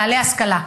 בעלי השכלה.